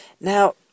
Now